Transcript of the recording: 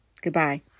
Goodbye